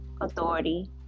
authority